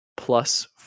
plus